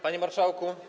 Panie Marszałku!